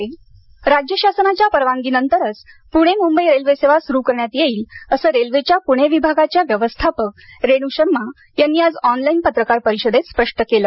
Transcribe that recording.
railway राज्य शासनाच्या परवानगीनंतरच पुणे मुंबई रेल्वेसेवा सुरु करण्यात येईल असं रेल्वेच्या पुणे विभागाच्या व्यवस्थापक रेणू शर्मा यांनी आज ऑनलाईन पत्रकार परिषदेत स्पष्ट केलं